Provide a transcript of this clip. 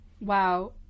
Wow